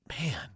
man